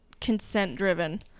consent-driven